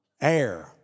air